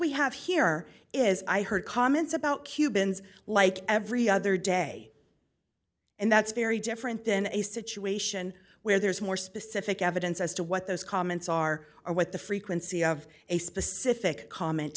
we have here is i heard comments about cubans like every other day and that's very different than a situation where there's more specific evidence as to what those comments are or what the frequency of a specific comment